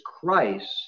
Christ